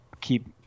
keep